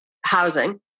housing